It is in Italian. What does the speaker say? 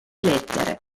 lettere